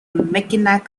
mackinac